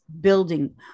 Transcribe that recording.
building